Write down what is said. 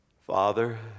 Father